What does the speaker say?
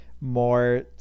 more